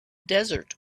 desert